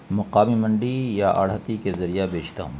مقامی منڈی یا آڑھتی کے ذریعہ بیچتا ہوں